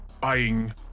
buying